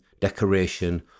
decoration